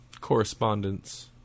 Correspondence